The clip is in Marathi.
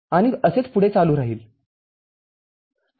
आणि असेच पुढे चालू राहील